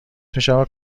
میشود